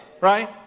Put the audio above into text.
Right